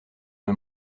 m’a